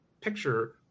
picture